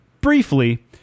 briefly